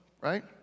right